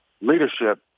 leadership